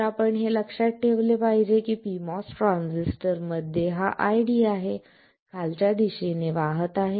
तर आपण हे लक्षात ठेवले पाहिजे की pMOS ट्रान्झिस्टरमध्ये हा ID आहे खालच्या दिशेने वाहत आहे